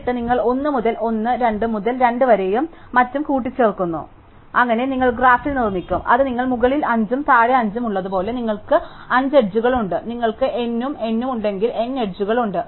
എന്നിട്ട് നിങ്ങൾ 1 മുതൽ 1 2 മുതൽ 2 വരെയും മറ്റും കൂട്ടിച്ചേർക്കുന്നു അങ്ങനെ നിങ്ങൾ ഗ്രാഫിൽ നിർമ്മിക്കും അത് നിങ്ങൾക്ക് മുകളിൽ 5 ഉം താഴെ 5 ഉം ഉള്ളതുപോലെ നിങ്ങൾക്ക് 5 എഡ്ജുകളുണ്ട് നിങ്ങൾക്ക് n ഉം n ഉം ഉണ്ടെങ്കിൽ n എഡ്ജുകൾ ഉണ്ട്